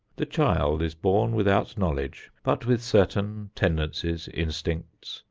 the child is born without knowledge but with certain tendencies, instincts,